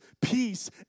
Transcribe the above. peace